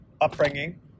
upbringing